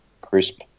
Crisp